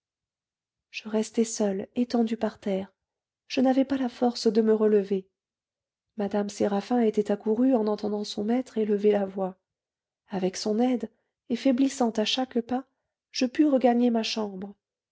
je restai seule étendue par terre je n'avais pas la force de me relever mme séraphin était accourue en entendant son maître élever la voix avec son aide et faiblissant à chaque pas je pus regagner ma chambre